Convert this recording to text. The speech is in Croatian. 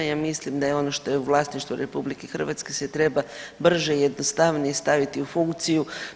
Ja mislim da je ono što je u vlasništvu RH se treba brže, jednostavnije staviti u funkciju.